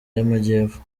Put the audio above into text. y’amajyepfo